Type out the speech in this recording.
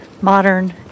modern